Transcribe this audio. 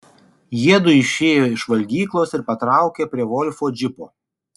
jiedu išėjo iš valgyklos ir patraukė prie volfo džipo